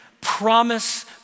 promise